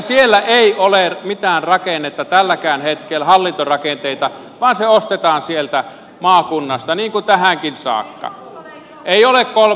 siellä ei ole mitään rakenteita tälläkään hetkellä hallintorakenteita vaan se ostetaan sieltä maakunnasta niin kuin tähänkin saakka ei ole kolmatta tasoa